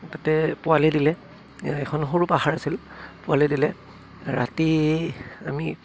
তাতে পোৱালি দিলে এখন সৰু পাহাৰ আছিল পোৱালি দিলে ৰাতি আমি